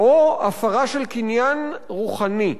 או הפרה של קניין רוחני.